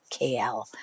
KL